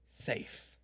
safe